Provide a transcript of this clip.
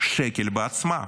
שקל מעצמה,